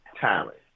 talent